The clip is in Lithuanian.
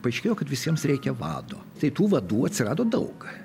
paaiškėjo kad visiems reikia vado tai tų vadų atsirado daug